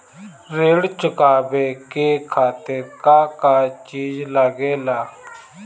ऋण चुकावे के खातिर का का चिज लागेला?